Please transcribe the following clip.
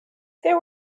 there